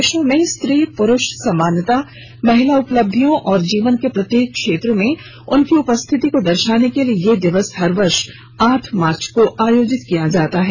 विश्व में स्त्री प्रूष समानता महिला उपलक्षियों और जीवन के प्रत्येक क्षेत्र में उनकी उपस्थिति को दर्शाने के लिए यह दिवस हर वर्ष आठ मार्च को आयोजित किया जाता है